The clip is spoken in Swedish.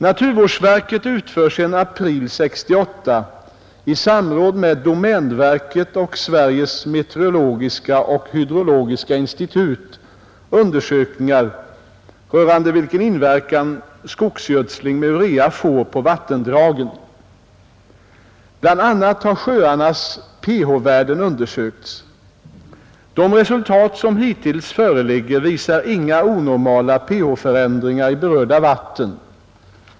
Naturvårdsverket utför sedan april 1968 i samråd med domänverket och Sveriges meteorologiska och hydrologiska institut undersökningar rörande vilken inverkan skogsgödsling med urea får på vattendragen. Bl. a. har sjöarnas pH-värden undersökts. De resultat som hittills föreligger visar inga onormala pH-förändringar i berörda vatten.